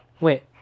Wait